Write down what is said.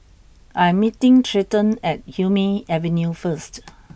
I'm meeting Treyton at Hume Avenue first